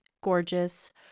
gorgeous